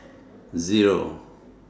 Zero